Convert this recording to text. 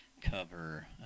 cover